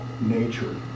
nature